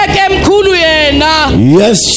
Yes